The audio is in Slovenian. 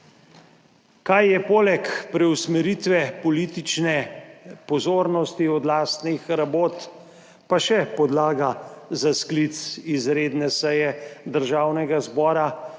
Kaj je poleg preusmeritve politične pozornosti od lastnih rabot pa še podlaga za sklic izredne seje Državnega zbora,